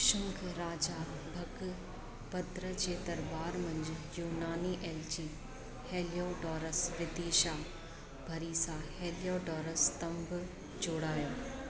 शुंग राजा भॻभद्र जे दरबार मंझि यूनानी एलिची हेलियोडोरस विदिशा भरिसा हेलियोडोरस स्तंभु जोड़ायो